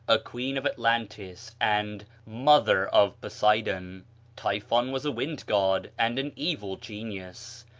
a queen of atlantis, and mother of poseidon typhon was a wind-god and an evil genius,